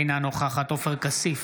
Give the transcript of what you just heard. אינה נוכחת עופר כסיף,